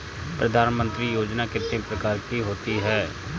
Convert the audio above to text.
प्रधानमंत्री योजना कितने प्रकार की होती है?